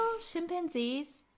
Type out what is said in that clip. chimpanzees